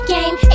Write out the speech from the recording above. Game